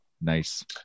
Nice